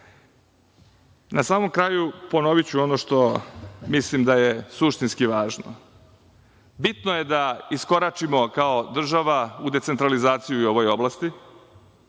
samom kraju, ponoviću ono što mislim da je suštinski važno. Bitno je da iskoračimo kao država u decentralizaciju u ovoj oblasti.